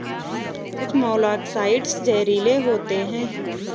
कुछ मोलॉक्साइड्स जहरीले होते हैं